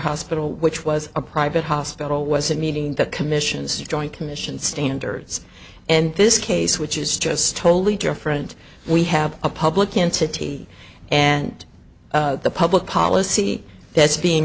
hospital which was a private hospital wasn't meeting the commission's joint commission standards and this case which is just totally different we have a public entity and the public policy that's being